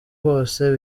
hose